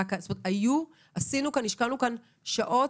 השקענו כאן שעות